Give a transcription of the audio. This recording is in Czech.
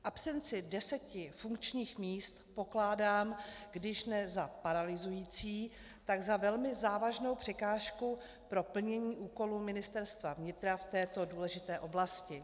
Absenci deseti funkčních míst pokládám když ne za paralyzující, tak za velmi závažnou překážku pro plnění úkolů Ministerstva vnitra v této důležité oblasti.